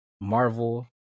marvel